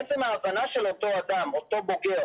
עצם ההבנה של אותו אדם, אותו בוגר